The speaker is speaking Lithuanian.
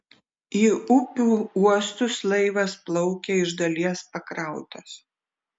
į upių uostus laivas plaukia iš dalies pakrautas